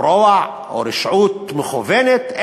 רוע או רשעות מכוונת,